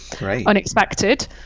unexpected